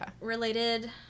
related